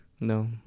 no